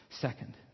Second